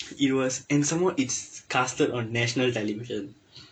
it was and some more it's casted on national television